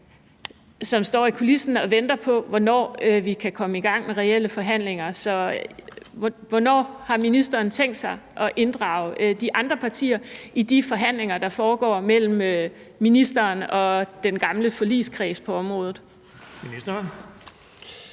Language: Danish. som står i kulissen og venter på, hvornår vi kan komme i gang med reelle forhandlinger. Så hvornår har ministeren tænkt sig at inddrage de andre partier i de forhandlinger, der foregår, mellem ministeren og den gamle forligskreds på området?